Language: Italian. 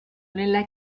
nella